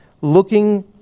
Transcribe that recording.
looking